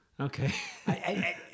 Okay